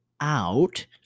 out